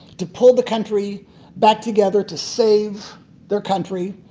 to pull the country back together to save their country.